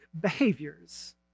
behaviors